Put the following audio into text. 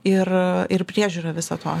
ir ir priežiūrą visą to